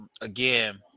Again